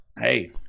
Hey